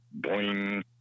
boing